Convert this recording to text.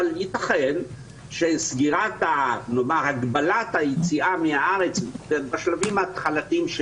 אבל ייתכן שהגבלת היציאה מהארץ בשלבים ההתחלתיים,